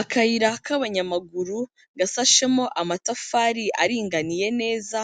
Akayira k'abanyamaguru gasashemo amatafari aringaniye neza